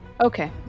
Okay